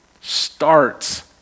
starts